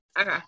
Okay